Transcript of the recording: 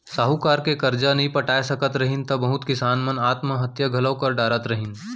साहूकार के करजा नइ पटाय सकत रहिन त बहुत किसान मन आत्म हत्या घलौ कर डारत रहिन